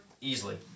Easily